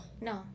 no